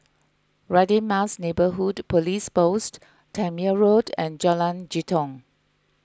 Radin Mas Neighbourhood Police Post Tangmere Road and Jalan Jitong